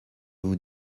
vous